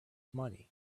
money